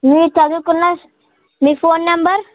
మీరు చదువుకున్న మీ ఫోన్ నంబర్